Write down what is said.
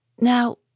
Now